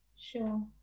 Sure